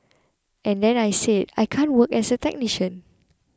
and then I said I can't work as a technician